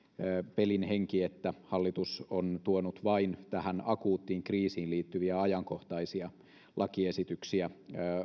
pelin henki että hallitus on tuonut vain tähän akuuttiin kriisiin liittyviä ajankohtaisia lakiesityksiä